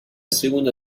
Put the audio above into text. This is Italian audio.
seconda